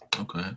Okay